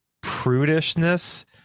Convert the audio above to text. prudishness